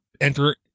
enter